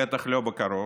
בטח לא בקרוב.